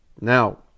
Now